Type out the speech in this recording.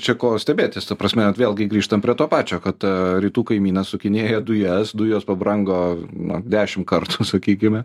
čia ko stebėtis ta prasme vėlgi grįžtam prie to pačio kad rytų kaimynas sukinėja dujas dujos pabrango na dešim kartų sakykime